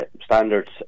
standards